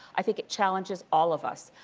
i think it challenges all of us.